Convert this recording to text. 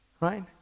right